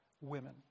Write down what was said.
women